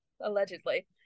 Allegedly